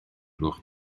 gloch